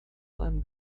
seinen